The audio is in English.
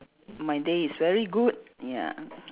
my day is very good ya